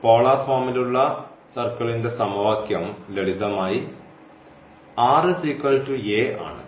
polar ഫോമിലുള്ള വൃത്തത്തിന്റെ സമവാക്യം ലളിതമായി r a ആണ്